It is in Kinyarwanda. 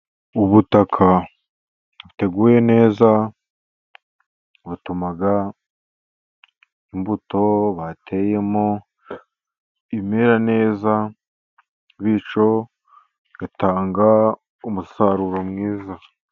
Ubutaka buteguye neza butuma imbuto bateyemo imera neza, bityo igatanga umusaruro mwiza.